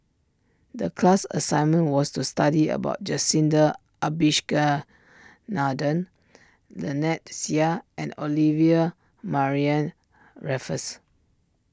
the class assignment was to study about Jacintha Abisheganaden Lynnette Seah and Olivia Mariamne Raffles